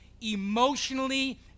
emotionally